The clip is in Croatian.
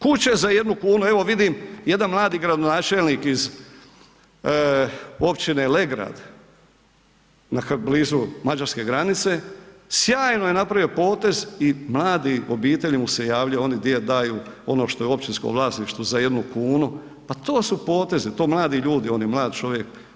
Kuće za jednu kunu, evo vidim, jedan mladi gradonačelnik iz općine Legrad, blizu mađarske granice, sjajno je napravio potez i mlade obitelji mu se javljaju, oni daju ono što je općinsko vlasništvo za jednu kunu, pa to su potezi, to mladi ljudi, on je mlad čovjek.